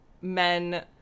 men